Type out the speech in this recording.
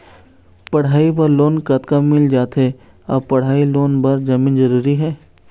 पढ़ई बर लोन कतका मिल जाथे अऊ पढ़ई लोन बर जमीन जरूरी हे?